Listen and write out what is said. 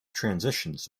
transitions